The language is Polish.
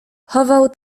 chował